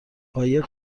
قایق